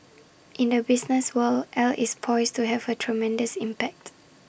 in the business world AI is poised to have A tremendous impact